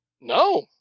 No